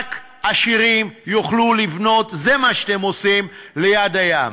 רק עשירים יוכלו לבנות, זה מה שאתם עושים ליד הים.